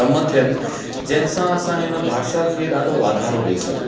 कम थियनि जंहिंसां असां इन भाषा खे ॾाढो वाधारो ॾेई सघूं